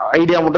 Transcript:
idea